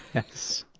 yes.